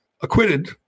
acquitted